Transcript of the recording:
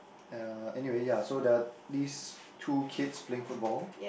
uh anyway ya so the these two kids playing football